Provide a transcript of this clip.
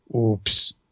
Oops